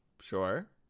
sure